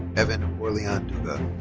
evan orlean duga.